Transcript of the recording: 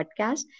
podcast